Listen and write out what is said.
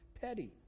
petty